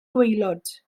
gwaelod